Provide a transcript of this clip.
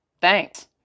thanks